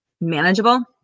manageable